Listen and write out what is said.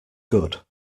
good